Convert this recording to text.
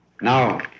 Now